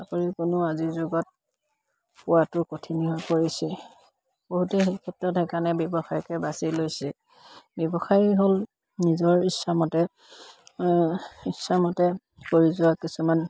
চাকৰি কোনো আজিৰ যুগত পোৱাটো কঠিন হৈ পৰিছে বহুতেই সেই ক্ষেত্ৰত সেইকাৰণে ব্যৱসায়কে বাচি লৈছে ব্যৱসায়ী হ'ল নিজৰ ইচ্ছামতে ইচ্ছামতে কৰি যোৱা কিছুমান